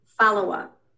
follow-up